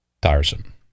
tiresome